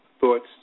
thoughts